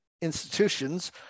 institutions